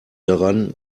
daran